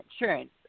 insurance